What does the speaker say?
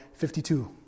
52